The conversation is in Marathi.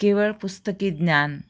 केवळ पुस्तकी ज्ञान